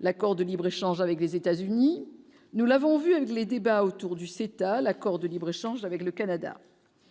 l'accord de libre-échange avec les États-Unis, nous l'avons vu les débats autour du CETA, l'accord de libre-échange avec le Canada,